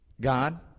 God